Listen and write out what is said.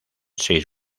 seis